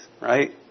right